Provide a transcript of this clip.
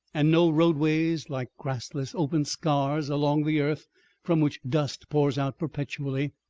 and no roadways like grassless open scars along the earth from which dust pours out perpetually.